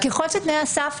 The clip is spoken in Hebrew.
ככל שמתקיימים תנאי הסף,